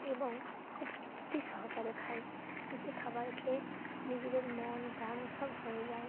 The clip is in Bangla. এবং খুব তৃপ্তি সহকারে খাই যে খাবার খেয়ে নিজেদের মন প্রাণ সব ভরে যায়